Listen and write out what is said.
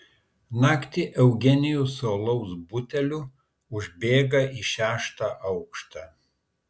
naktį eugenijus su alaus buteliu užbėga į šeštą aukštą